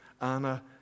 Anna